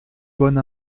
bonne